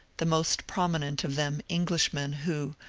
the most prominent of them englishmen who,